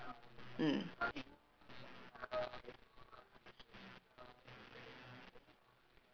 mm